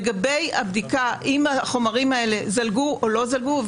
לגבי הבדיקה אם החומרים האלה זלגו או לא זלגו,